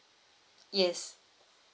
yes